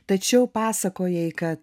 tačiau pasakojai kad